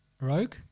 Rogue